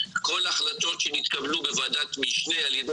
כל ההחלטות שהתקבלו בוועדת המשנה על ידי